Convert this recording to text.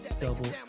double